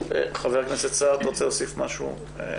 חה"כ סער, אתה רוצה להוסיף משהו?